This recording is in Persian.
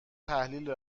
تحلیل